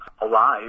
alive